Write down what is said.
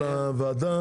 לוועדה,